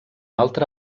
altra